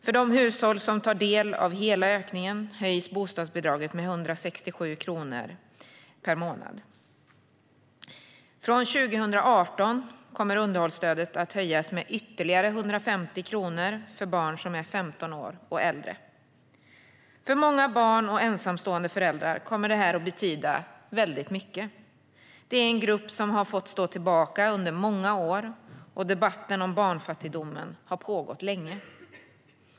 För de hushåll som tar del av hela ökningen höjs bostadsbidraget med 167 kronor per månad. Från 2018 kommer underhållsstödet att höjas med ytterligare 150 kronor för barn som är 15 år och äldre. För många barn och ensamstående föräldrar kommer det här att betyda väldigt mycket. Det är en grupp som har fått stå tillbaka under många år, och debatten om barnfattigdomen har pågått länge.